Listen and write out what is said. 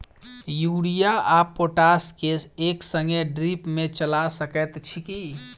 Urea आ potash केँ एक संगे ड्रिप मे चला सकैत छी की?